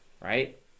right